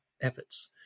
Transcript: efforts